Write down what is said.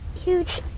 huge